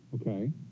Okay